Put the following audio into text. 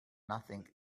nothing